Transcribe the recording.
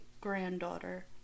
granddaughter